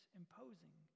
imposing